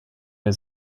der